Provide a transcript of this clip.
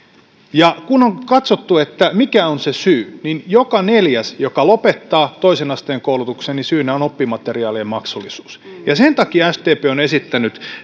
kun on katsottu mikä on se syy niin joka neljännellä joka lopettaa toisen asteen koulutuksen syynä on oppimateriaalien maksullisuus ja sen takia sdp on esittänyt että